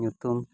ᱧᱩᱛᱩᱢ